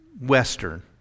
Western